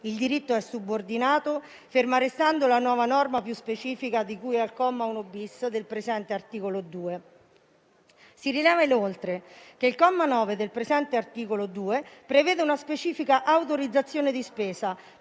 Il diritto è subordinato, ferma restando la nuova norma più specifica, di cui al comma 1-*bis* del presente articolo 2. Si rileva inoltre che il comma 9 del presente articolo 2 prevede una specifica autorizzazione di spesa,